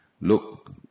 look